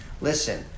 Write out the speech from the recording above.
listen